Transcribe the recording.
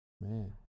Man